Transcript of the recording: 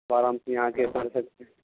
آرام سے یہاں آ کے پڑھ سکتے ہیں